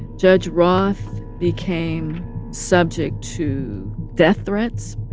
judge roth became subject to death threats.